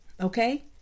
okay